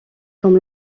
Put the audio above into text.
comme